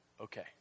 Okay